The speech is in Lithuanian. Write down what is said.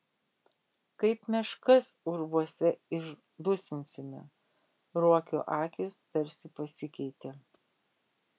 kaip meškas urvuose išdusinsime ruokio akys tarsi pasikeitė